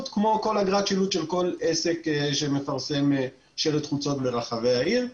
כמו כל אגרת שילוט של כל עסק שמפרסם שלט חוצות ברחבי העיר.